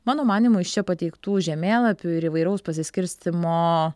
mano manymu iš čia pateiktų žemėlapių ir įvairaus pasiskirstymo